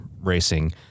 racing